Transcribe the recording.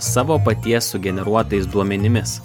savo paties sugeneruotais duomenimis